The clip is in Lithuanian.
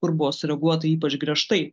kur buvo sureaguota ypač griežtai